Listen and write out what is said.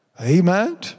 Amen